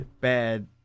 bad